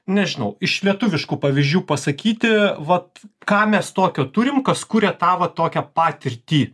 nežinau iš lietuviškų pavyzdžių pasakyti vat ką mes tokio turim kas kuria tą vat tokią patirtį